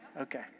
Okay